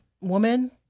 woman